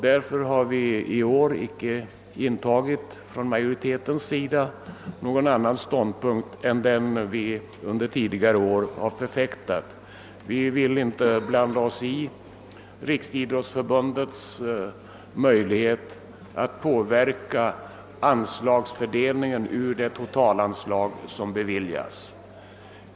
Därför har utskottsmajoriteten i år icke intagit någon annan ståndpunkt än den vi under föregående år har förfäktat. Vi vill inte blanda oss i Riksidrottsförbundets möjlighet att påverka anslagsfördelningen ur det totalanslag som beviljas.